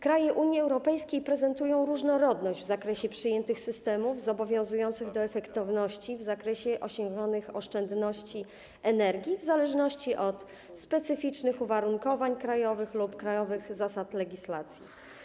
Kraje Unii Europejskiej prezentują różnorodność w zakresie przyjętych systemów zobowiązujących do efektowności w zakresie osiąganych oszczędności energii w zależności od specyficznych uwarunkowań krajowych lub krajowych zasad legislacji.